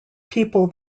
people